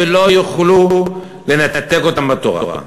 ולא יוכלו לנתק אותם מהתורה.